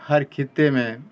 ہر خطے میں